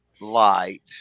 light